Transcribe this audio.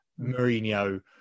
Mourinho